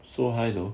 so high know